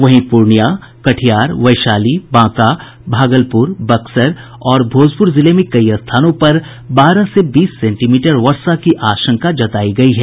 वहीं पूर्णिया कटिहार वैशाली बांका भागलपुर बक्सर और भोजपुर जिले में कई स्थानों पर बारह से बीस सेंटीमीटर वर्षा की आशंका जतायी गयी है